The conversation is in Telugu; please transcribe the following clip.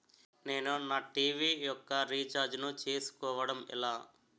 నేను నా టీ.వీ యెక్క రీఛార్జ్ ను చేసుకోవడం ఎలా?